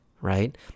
right